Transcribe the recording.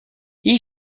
این